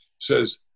says